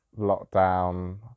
lockdown